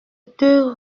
deux